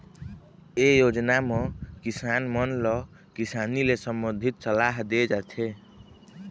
ए योजना म किसान मन ल किसानी ले संबंधित सलाह दे जाथे